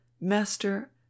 Master